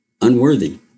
unworthy